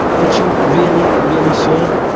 which you really really should,